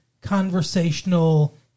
conversational